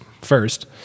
first